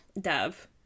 Dove